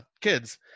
kids